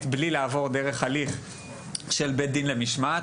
בלי לעבור דרך הליך של בית דין למשמעת.